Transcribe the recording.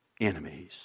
enemies